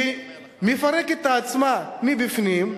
שמפרקת את עצמה מבפנים.